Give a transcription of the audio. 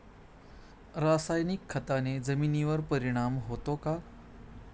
रासायनिक खताने जमिनीवर परिणाम होतो का?